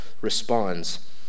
responds